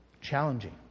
Challenging